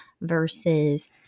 versus